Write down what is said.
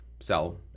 sell